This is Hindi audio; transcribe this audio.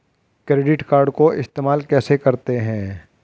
क्रेडिट कार्ड को इस्तेमाल कैसे करते हैं?